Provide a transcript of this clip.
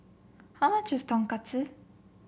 how much is Tonkatsu